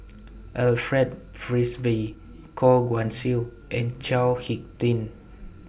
Alfred Frisby Goh Guan Siew and Chao Hick Tin